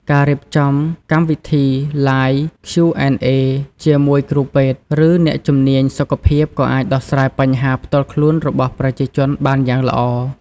ការរៀបចំកម្មវិធី Live Q&A ជាមួយគ្រូពេទ្យ ឬអ្នកជំនាញសុខភាពក៏អាចដោះស្រាយបញ្ហាផ្ទាល់ខ្លួនរបស់ប្រជាជនបានយ៉ាងល្អ។